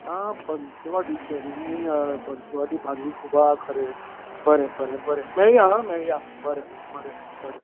आं पंचवाडीचें नी हय पंचवाडी भांगी खूब आसा खरे बरें बरें बरें मेळ्यां आं मेळ्या बरें बरें बरें बरें